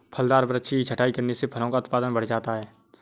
फलदार वृक्ष की छटाई करने से फलों का उत्पादन बढ़ जाता है